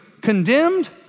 condemned